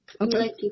Okay